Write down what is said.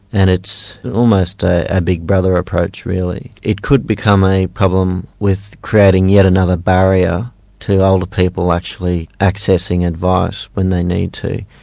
and it's almost a big brother approach really. it could become a problem with creating yet another barrier to older people actually accessing advice when they need to.